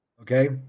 Okay